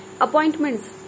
appointments